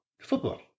Football